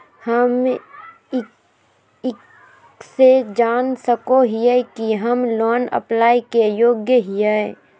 हम कइसे जान सको हियै कि हम लोन अप्लाई के योग्य हियै?